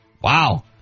Wow